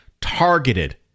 targeted